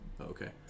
Okay